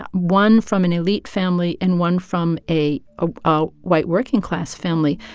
but one from an elite family and one from a ah ah white, working-class family,